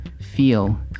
feel